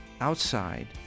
outside